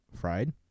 fried